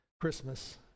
Christmas